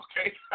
okay